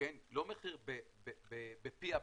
לא מחיר בפי הבאר,